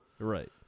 Right